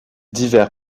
divers